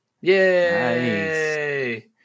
Yay